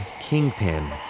kingpin